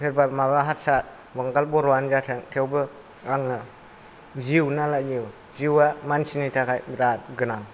सोरबा माबा हारसा बांगाल बर'आनो जाथों थेवबो आङो जिउनालायो जिउआ मानसिनि थाखाय बिराद गोनां